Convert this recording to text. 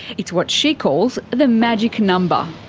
it's what she calls the magic number.